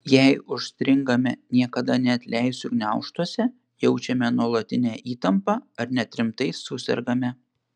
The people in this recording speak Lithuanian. jei užstringame niekada neatleisiu gniaužtuose jaučiame nuolatinę įtampą ar net rimtai susergame